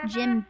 Jim